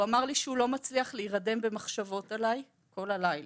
הוא אמר לי שהוא לא מצליח להירדם במחשבות עליי כל הלילה.